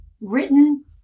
written